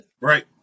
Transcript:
right